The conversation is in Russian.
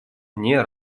вне